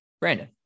Brandon